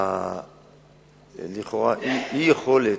לכאורה, אי-יכולת,